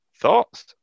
Thoughts